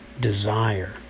desire